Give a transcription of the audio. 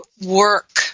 work